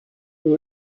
who